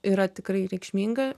yra tikrai reikšminga